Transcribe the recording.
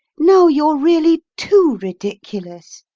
now you're really too ridiculous!